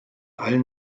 allen